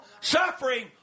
suffering